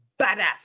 badass